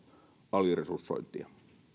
aliresursointia